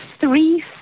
three